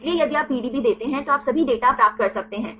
इसलिए यदि आप पीडीबी देते हैं तो आप सभी डेटा प्राप्त कर सकते हैं